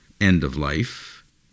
end-of-life